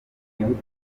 imbunda